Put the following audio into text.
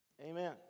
amen